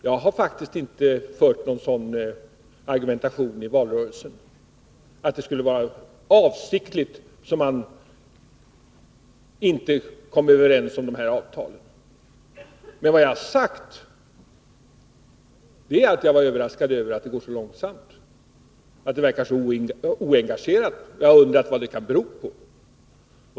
Jag har faktiskt inte i valrörelsen argumenterat så, att det skulle vara avsiktligt att man inte kom överens om avtalen. Vad jag däremot har sagt är att jag var överraskad över att det går så långsamt, att man verkar vara så oengagerad. Jag har undrat över vad det kan bero på.